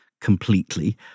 completely